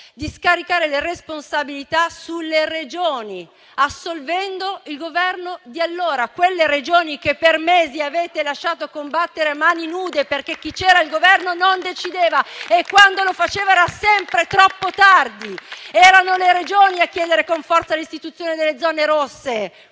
di scaricare le responsabilità sulle Regioni, assolvendo il Governo di allora; quelle Regioni che per mesi avete lasciato a combattere mani nude, perché chi era al Governo non decideva e quando lo faceva era sempre troppo tardi. Erano le Regioni a chiedere con forza l'istituzione delle zone rosse.